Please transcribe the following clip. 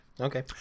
Okay